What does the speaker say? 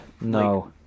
No